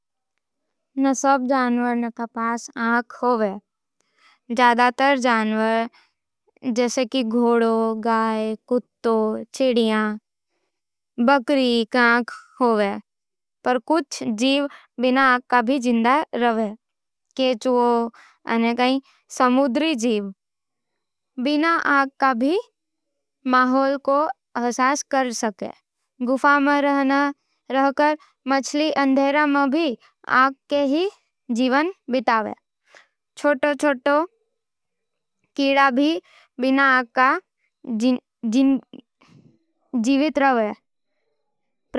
ना, सब जनावरां के पास आँख न होवे। ज्यादातर जनावरां, जइसे घोड़ा, गाय, कुत्ता, चिड़िया के आँख होवे, पर कुछ जीव बिना आँख के भी जिंदा रहवे। केंचुआ गोजर अने कुछ समुद्री जीव बिना आँख के भी माहौल को अहसास कर सके। गुफा मं रहनार कई मछलियाँ अंधेरा मं बिना आँख के ही जीवन बितावे। छोटे-छोटे कीड़े भी बिना आँख के जिवित काटे।